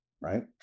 right